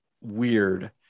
weird